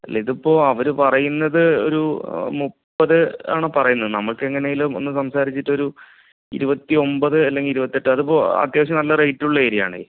അല്ല അതിപ്പോൾ അവർ പറയുന്നത് ഒരു മുപ്പത് ആണ് പറയുന്നത് നമുക്ക് എങ്ങനെയെങ്കിലും ഒന്നു സംസാരിച്ചിട്ടൊരു ഇരുപത്തിയൊമ്പത് അല്ലെങ്കിൽ ഇരുപത്തെട്ട് അതിപ്പോൾ അത്യാവശ്യം നല്ല റേയ്റ്റുള്ള ഏരിയ ആണ്